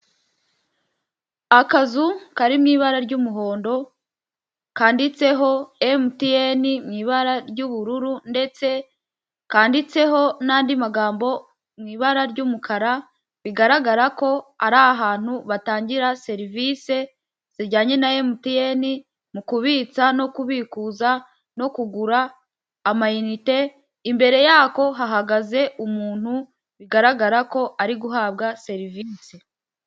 Akazu karirimo ibara ry'umuhondo kanditseho emutiyene mu ibara ry'ubururu ndetse kandiditseho n'andi magambo mu ibara ry'umukara bigaragara ko ari ahantu batangira serivise zijyanye na emutiyene mu kubitsa no kubikuza no kugura amayinite, imbere yako hahagaze umuntu bigaragara ko ari guhabwa serivise.